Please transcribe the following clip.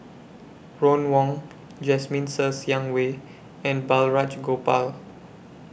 Ron Wong Jasmine Ser Xiang Wei and Balraj Gopal